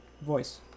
Voice